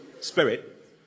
Spirit